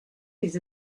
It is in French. les